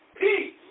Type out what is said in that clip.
peace